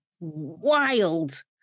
Wild